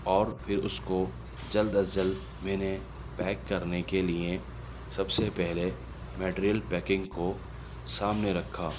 اور پھر اس کو جلد از جلد میں نے پیک کرنے کے لئے سب سے پہلے مٹیریل پیکنگ کو سامنے رکھا